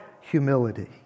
humility